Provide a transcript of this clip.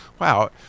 wow